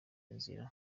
inzira